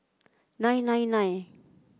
nine nine nine